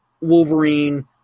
Wolverine